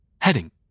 Heading